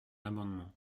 amendement